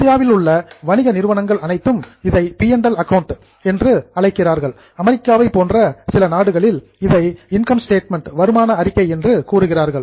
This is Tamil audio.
இந்தியாவில் உள்ள வணிக நிறுவனங்கள் அனைத்தும் இதை P and L account P மற்றும் எல் கணக்கு என்று அழைக்கிறார்கள் அமெரிக்காவைப் போன்ற சில நாடுகளில் இதை இன்கம் ஸ்டேட்மெண்ட் வருமான அறிக்கை என்று கூறுகிறார்கள்